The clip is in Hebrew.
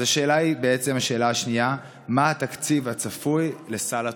אז השאלה היא בעצם השאלה השנייה: מה התקציב הצפוי של סל התרופות?